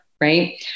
right